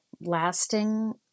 lasting